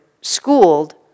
schooled